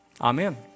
Amen